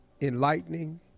enlightening